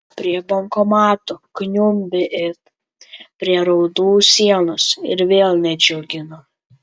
prie bankomato kniumbi it prie raudų sienos ir vėl nedžiugina